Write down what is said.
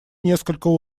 несколько